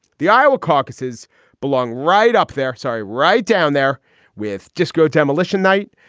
the iowa caucuses belong right up there. sorry, right down there with disco demolition night.